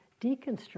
deconstruct